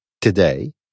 today